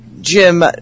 Jim